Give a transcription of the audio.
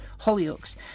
Hollyoaks